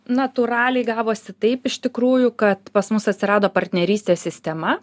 natūraliai gavosi taip iš tikrųjų kad pas mus atsirado partnerystės sistema